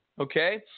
okay